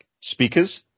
speakers